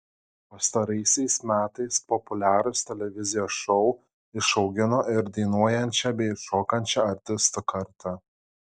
pastaraisiais metais populiarūs televizijos šou išaugino ir dainuojančią bei šokančią artistų kartą